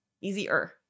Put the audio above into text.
easier